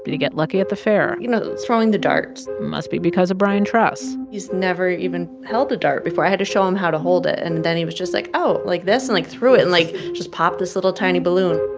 get lucky at the fair? you know, throwing the darts must be because of brian truss he's never even held a dart before. i had to show him how to hold it. and then he was just like, oh, like this? and, like, threw it and, like, just popped this little, tiny balloon